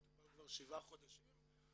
מטופל כבר שבעה חודשים,